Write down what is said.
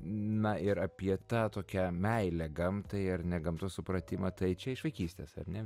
na ir apie tą tokią meilę gamtai ar ne gamtos supratimą tai čia iš vaikystės ar ne